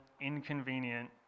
inconvenient